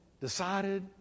decided